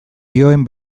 dioen